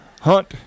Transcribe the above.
Hunt